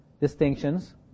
distinctions